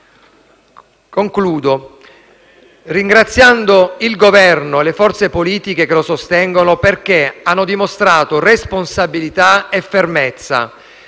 Concludo, ringraziando il Governo e le forze politiche che lo sostengono, perché hanno dimostrato responsabilità e fermezza: